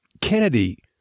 Kennedy—